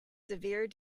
severe